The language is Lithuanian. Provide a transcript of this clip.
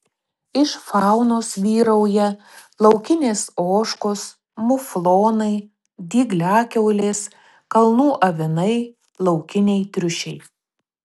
iš faunos vyrauja laukinės ožkos muflonai dygliakiaulės kalnų avinai laukiniai triušiai